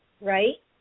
Right